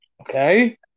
okay